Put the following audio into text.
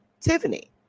Tiffany